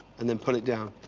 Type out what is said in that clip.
and then put it down.